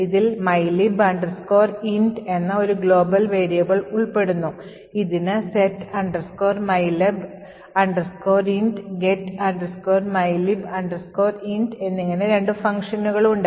ഇതിൽ mylib int എന്ന ഒരു global variable ഉൾപ്പെടുന്നു ഇതിന് set mylib int get mylib int എന്നിങ്ങനെ രണ്ട് ഫംഗ്ഷനുകളുണ്ട്